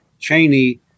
Cheney